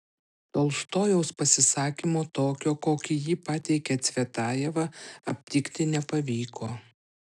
tolstojaus pasisakymo tokio kokį jį pateikė cvetajeva aptikti nepavyko